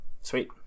sweet